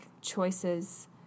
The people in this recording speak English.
choices